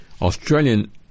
Australian